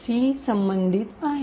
c संबंधित आहे